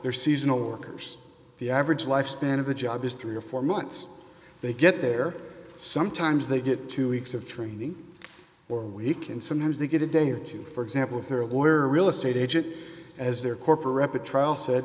they're seasonal workers the average lifespan of the job is three or four months they get there sometimes they get two weeks of training or a week and sometimes they get a day or two for example of their lawyer or real estate agent as their corporate a trial said